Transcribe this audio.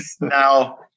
now